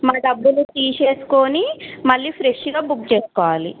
మా డబ్బులు తీసేసుకొని మళ్ళీ ఫ్రెష్గా బుక్ చేసుకోవాలి